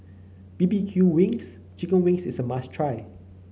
B B Q wings Chicken Wings is a must try